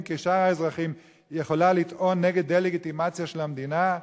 כשאר האזרחים יכולה לטעון כנגד דה-לגיטימציה של המדינה?